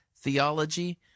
theology—